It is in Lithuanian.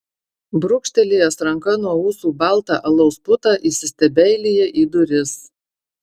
brūkštelėjęs ranka nuo ūsų baltą alaus putą įsistebeilija į duris